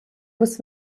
was